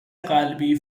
قلبی